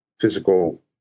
physical